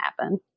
happen